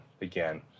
again